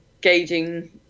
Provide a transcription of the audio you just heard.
gauging –